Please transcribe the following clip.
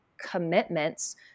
commitments